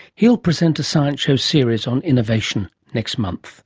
he'll present a science show series on innovation next month